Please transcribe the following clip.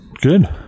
Good